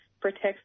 protects